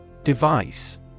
Device